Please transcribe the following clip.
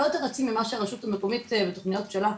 יותר עצים ממה שהרשות המקומית והתוכניות שלה.